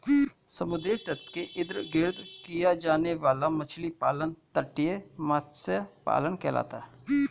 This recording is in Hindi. समुद्र तट के इर्द गिर्द किया जाने वाला मछली पालन तटीय मत्स्य पालन कहलाता है